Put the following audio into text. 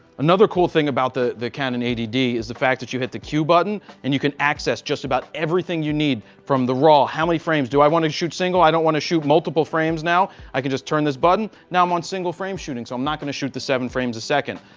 another cool thing about the the canon eighty d is the fact that you hit the q button and you can access just about everything you need from the raw, how many frames, do i want to shoot single? i don't want to shoot multiple frames now. i can just turn this button. now i am on single frame shooting, so i'm not going to shoot the seven frames a second.